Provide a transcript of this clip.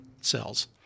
cells